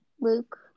Luke